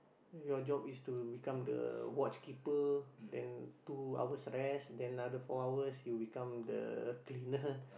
your job is to become the Watchkeeper then two hours rest then another four hours you become the cleaner